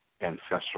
ancestral